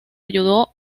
ayudó